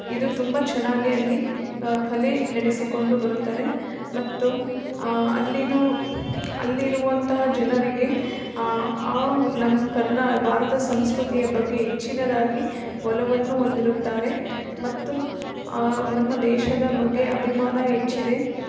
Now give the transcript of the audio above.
ಇದು ತುಂಬ ಚೆನ್ನಾಗಿ ಅಲ್ಲಿ ಕಲೆ ನಡೆಸಿಕೊಂಡು ಬರುತ್ತಾರೆ ಮತ್ತು ಅಲ್ಲಿ ನೋ ಅಲ್ಲಿರುವಂತಹ ಜನರಿಗೆ ನಮ್ಮ ಕರ್ನಾ ಭಾರತ ಸಂಸ್ಕೃತಿಯ ಬಗ್ಗೆ ಹೆಚ್ಚಿನದಾಗಿ ಒಲವನ್ನು ಹೊಂದಿರುತ್ತಾರೆ ಮತ್ತು ನಮ್ಮ ದೇಶದ ಬಗ್ಗೆ ಅಭಿಮಾನ ಹೆಚ್ಚಿದೆ